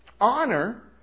honor